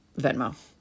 Venmo